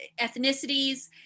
ethnicities